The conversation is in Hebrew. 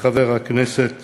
וחבר הכנסת